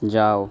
যাও